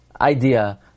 idea